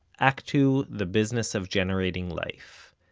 act two the business of generating life.